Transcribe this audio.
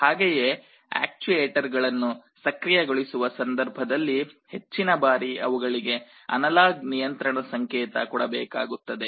ಹಾಗೆಯೇ ಆಕ್ಟುಏಟರ್ ಗಳನ್ನು ಸಕ್ರಿಯಗೊಳಿಸುವ ಸಂಧರ್ಭದಲ್ಲಿ ಹೆಚ್ಚಿನ ಬಾರಿ ಅವುಗಳಿಗೆ ಅನಲಾಗ್ ನಿಯಂತ್ರಣ ಸಂಕೇತ ಕೊಡಬೇಕಾಗುತ್ತದೆ